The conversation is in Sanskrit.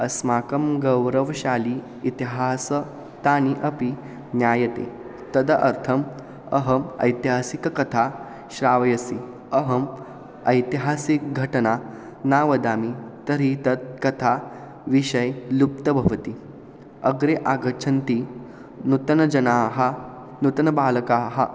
अस्माकं गौरवशाली इतिहासः तानि अपि ज्ञायते तद अर्थम् अहम् ऐतिहासिककथा श्रावयसि अहम् ऐतिहासिक घटना न वदामि तर्हि तत् कथा विषये लुप्ता भवति अग्रे आगच्छन्ति नूतनजनाः नूतनबालकाः